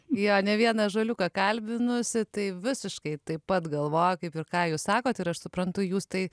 jo ne vieną ąžuoliuką kalbinusi tai visiškai taip pat galvoju kaip ir ką jūs sakot ir aš suprantu jūs tai